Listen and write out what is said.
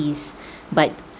but